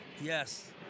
Yes